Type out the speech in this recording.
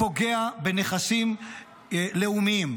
פוגע בנכסים לאומיים.